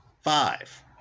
Five